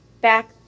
back